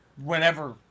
Whenever